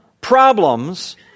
problems